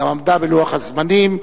גם עמדה בלוח הזמנים.